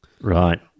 Right